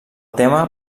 tema